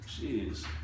Jeez